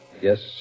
Yes